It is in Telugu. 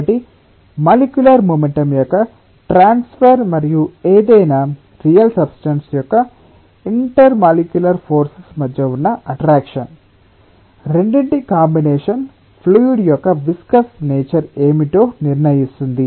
కాబట్టి మాలిక్యులర్ మొమెంటమ్ యొక్క ట్రాన్స్ఫర్ మరియు ఏదైనా రియల్ సబ్స్టన్స్ యొక్క ఇంటర్ మాలిక్యులర్ ఫోర్సెస్ మధ్య ఉన్నఅట్రాక్షన్ రెండింటి కాంబినేషన్ ఫ్లూయిడ్ యొక్క విస్కస్ నేచర్ ఏమిటో నిర్ణయిస్తుంది